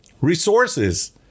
resources